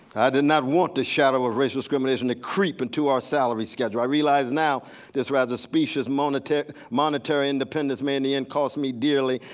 i did not want the shadow of racial discrimination to creep into our salary schedule. i realize now this rather specious monetary independence independence mainly and cost me dearly.